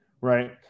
Right